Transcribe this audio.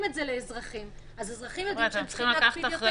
את זה לאזרחים אז אזרחים יודעים שהם צריכים להקפיד יותר.